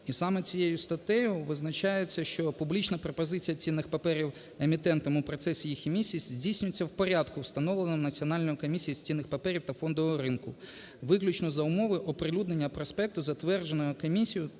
І саме цією статтею визначається, що публічна пропозиція цінних паперів емітентами у процесі їх емісії здійснюється в порядку, встановленого Національною комісією з цінних паперів та фондового ринку виключно за умови оприлюднення проспекту, затвердженого комісією